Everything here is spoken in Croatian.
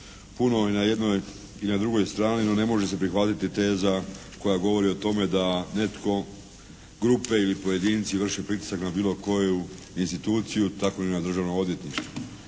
puno na jednoj i na drugoj strani, no ne može se prihvatiti teza koja govori o tome da netko grupe ili pojedinci vrše pritisak na bilo koju instituciju tako ni na Državno odvjetništvo.